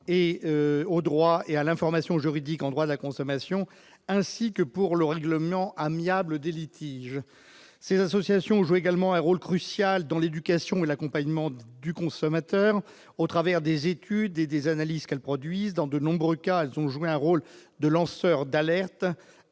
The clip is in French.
et au droit et à l'information juridique en droit, la consommation ainsi que pour le règlement amiable des litiges, ces associations jouer également un rôle crucial dans l'éducation et l'accompagnement du consommateur au travers des études et des analyses qu'elles produisent dans de nombreux cas, ils ont joué un rôle de lanceur d'alerte